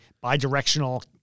bi-directional